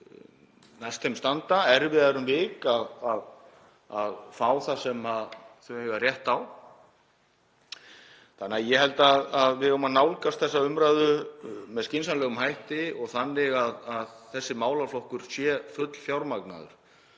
næst þeim standa erfiðara um vik að fá það sem þau eiga rétt á. Ég held að við eigum að nálgast þessa umræðu með skynsamlegum hætti og þannig að þessi málaflokkur sé fullfjármagnaður.